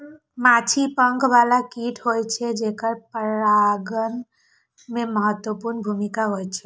माछी पंख बला कीट होइ छै, जेकर परागण मे महत्वपूर्ण भूमिका होइ छै